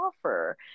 offer